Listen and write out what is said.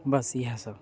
बस इएहसब